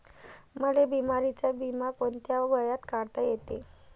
मले बिमारीचा बिमा कोंत्या वयात काढता येते?